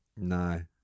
no